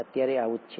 અત્યારે આવું જ છે